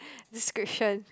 description